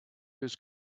his